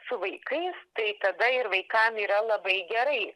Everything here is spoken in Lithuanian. su vaikais tai tada ir vaikam yra labai gerai